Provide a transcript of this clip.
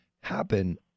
happen